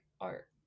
art